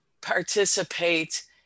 participate